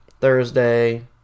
Thursday